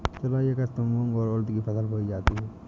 जूलाई अगस्त में मूंग और उर्द की फसल बोई जाती है